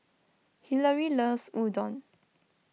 Hilary loves Udon